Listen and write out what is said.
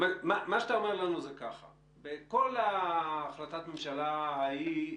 אתה אומר לנו שהחלטת הממשלה ההיא,